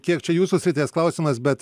kiek čia jūsų srities klausimas bet